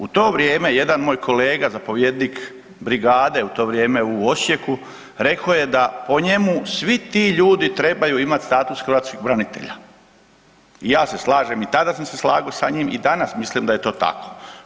U to vrijeme, jedan moj kolega, zapovjednik brigade, u to vrijeme u Osijeku, rekao je da o njemu svi ti ljudi trebaju imat status hrvatskog branitelja, i ja se slažem, i tada sam se slagao sa njim i danas mislim da je to tako.